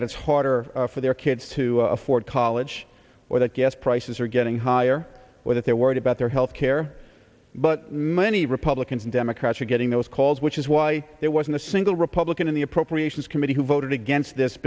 that it's harder for their kids to afford college or that gas prices are getting higher or that they're worried about their health care but many republicans and democrats are getting those calls which is why there wasn't a single republican in the appropriations committee who voted against this